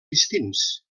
distints